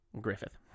Griffith